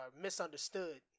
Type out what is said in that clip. misunderstood